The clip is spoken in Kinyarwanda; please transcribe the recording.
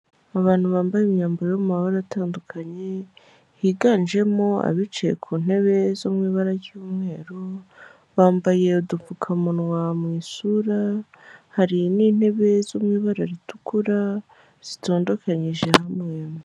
Abantu bambaye imyambaro yo mu mabara atandukanye, higanjemo abicaye ku ntebe zo mu ibara ry'umweru bambaye udupfukamunwa mu isura, hasi hari n'intebe zo m'ibara ritukura zitondekanyije hamwe.